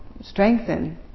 strengthen